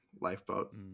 Lifeboat